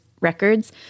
records